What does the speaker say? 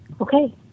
Okay